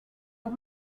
los